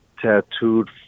tattooed